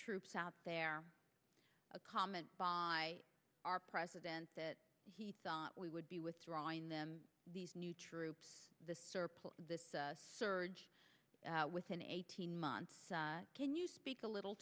troops out there a comment by our president that he thought we would be withdrawing them these new troops the surplus the surge within eighteen months can you speak a little